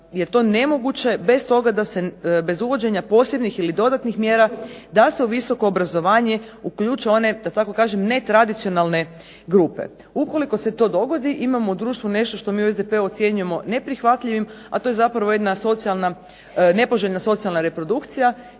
je to nemoguće bez toga da se, bez uvođenja posebnih ili dodatnih mjera da se u visoko obrazovanje uključe one, da tako kažem, netradicionalne grupe. Ukoliko se to dogodi imamo u društvu nešto što mi u SDP-u ocjenjujemo neprihvatljivim, a to je zapravo jedna nepoželjna socijalna reprodukcija